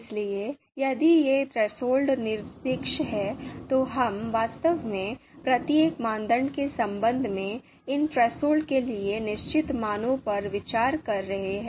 इसलिए यदि ये थ्रेसहोल्ड निरपेक्ष हैं तो हम वास्तव में प्रत्येक मानदंड के संबंध में इन थ्रेसहोल्ड के लिए निश्चित मानों पर विचार कर रहे हैं